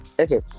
Okay